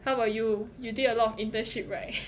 how about you you did a lot of internship right